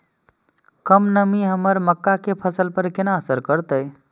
कम नमी हमर मक्का के फसल पर केना असर करतय?